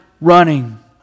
running